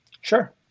Sure